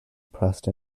pressed